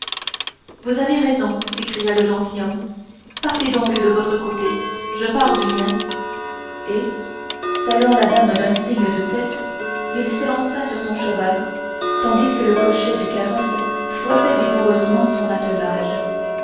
vous avez raison s'écria le gentilhomme partez donc de votre côté moi je pars du mien et saluant la dame d'un signe de tête il s'élança sur son cheval tandis que le cocher du carrosse fouettait vigoureusement son attelage